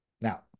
Now